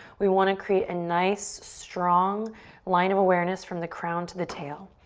we want to create a nice, strong line of awareness from the crown to the tail.